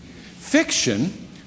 Fiction